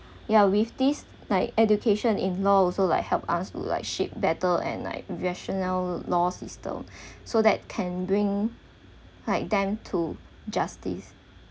ya with this like education in law also like help us to like shape better and like rationale law system so that can bring like them to justice